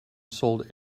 sold